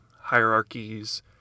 hierarchies